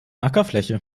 ackerfläche